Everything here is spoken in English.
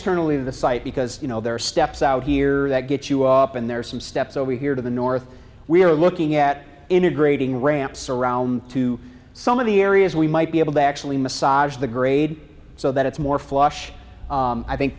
certainly the site because you know there are steps out here that get you up and there are some steps over here to the north we're looking at integrating ramps around to some of the areas we might be able to actually massage the grade so that it's more flush i think